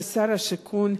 שר השיכון,